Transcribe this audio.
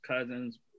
cousins